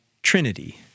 Trinity